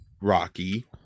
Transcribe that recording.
rocky